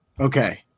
Okay